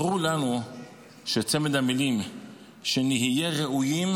ברור לנו שצמד המילים "שנהיה ראויים"